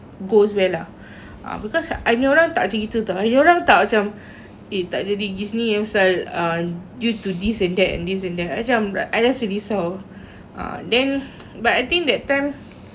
goes well lah uh because I punya orang tak macam itu [tau] I punya orang tak macam eh tak jadi pergi sini ah pasal ah due to this and that and this and that I rasa macam I rasa risau ha but I think that time